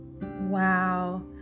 Wow